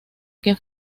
que